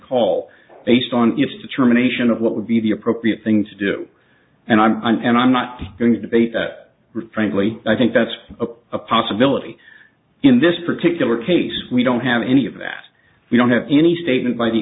call based on its determination of what would be the appropriate thing to do and i'm and i'm not going to debate that frankly i think that's a possibility in this particular case we don't have any of that we don't have any statement by the